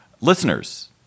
Listeners